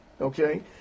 Okay